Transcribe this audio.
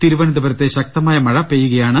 തിരുവനന്തപുരത്ത് ശക്തമായ മഴ പെയ്യുകയാണ്